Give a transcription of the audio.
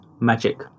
magic